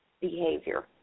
behavior